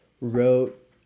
wrote